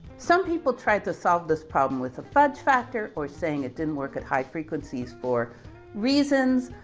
some people tried to solve this problem with a fudge factor or saying it didn't work at high frequencies for reasons.